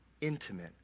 intimate